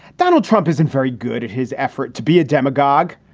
donald trump isn't very good at his effort to be a demagogue.